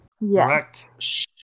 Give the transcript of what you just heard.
Yes